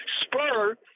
spur